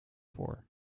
voor